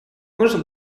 нужно